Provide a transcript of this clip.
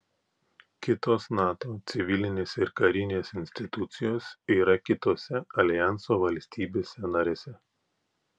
kitos nato civilinės ir karinės institucijos yra kitose aljanso valstybėse narėse